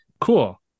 cool